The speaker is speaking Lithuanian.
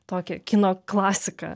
tokią kino klasiką